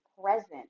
present